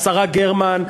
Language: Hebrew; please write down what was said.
השרה גרמן,